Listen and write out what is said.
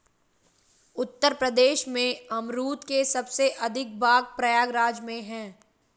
उत्तर प्रदेश में अमरुद के सबसे अधिक बाग प्रयागराज में है